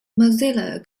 mozilla